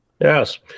Yes